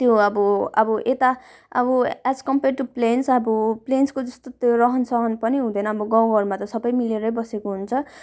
त्यो अब अब यता अब एज कम्पेर टु प्लेन्स अब प्लेन्सको जस्तो त्यो रहनसहन पनि हुँदैन अब गाउँघरमा त सबै मिलेरै बसेको हुन्छ